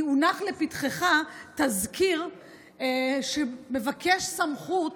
כי הונח לפתחך תזכיר שמבקש סמכות